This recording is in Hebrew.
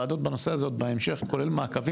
אנחנו נעשה ועדות בנושא הזה בהמשך, כולל מעקבים.